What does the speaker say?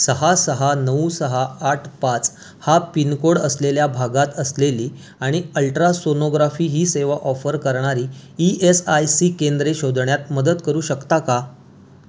सहा सहा नऊ सहा आठ पाच हा पिनकोड असलेल्या भागात असलेली आणि अल्ट्रासोनोग्राफी ही सेवा ऑफर करणारी ई एस आय सी केंद्रे शोधण्यात मदत करू शकता का